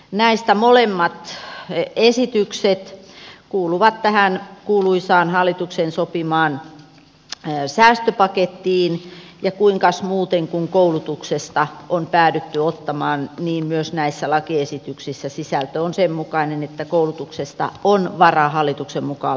näistä molemmat esitykset kuuluvat tähän kuuluisaan hallituksen sopimaan säästöpakettiin ja kuinkas muuten kun koulutuksesta on päädytty ottamaan niin myös näissä lakiesityksissä sisältö on sen mukainen että koulutuksesta on varaa hallituksen mukaan leikata